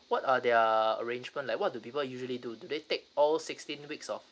what are their arrangement like what do people usually do do they take all sixteen weeks of